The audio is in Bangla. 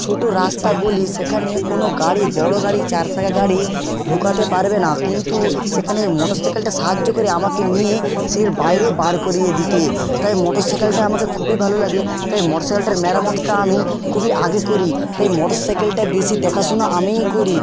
ছোটো রাস্তা গলি সেখানে কোনো গাড়ি বড় গাড়ি চার চাকা গাড়ি ঢোকাতে পারবে না কিন্তু সেখানে ঐ মোটর সাইকেলটা সাহায্য করে আমাকে নিয়ে সে বাইরে বার করিয়ে দিতে তাই মোটর সাইকেলটা আমাকে খুবই ভালো লাগে তাই মোটর সাইকেলটার মেরামতটা আমি খুবই আগে করি তাই মোটর সাইকেলটা বেশি দেখাশোনা আমিই করি